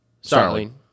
Starling